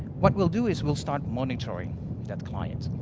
what we'll do is we'll start monitoring that client,